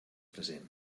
present